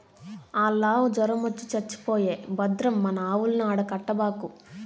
ఆల్లావు జొరమొచ్చి చచ్చిపోయే భద్రం మన ఆవుల్ని ఆడ కట్టబాకు